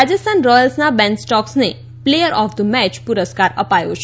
રાજસ્થાન રોયલ્સના બેન સ્ટોક્સને player of the may પુરસ્કાર અપાયો છે